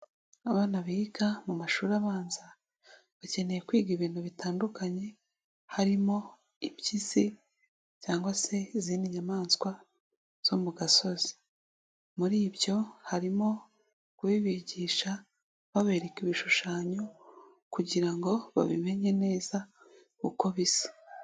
Abana biga mu mashuri abanza bakeneye kwiga ibintu bitandukanye harimo impyisi cyangwa se izindi nyamaswa zo mu gasozi, muri ibyo harimo kubibigisha babereka ibishushanyo kugira ngo babimenye neza uko bisa.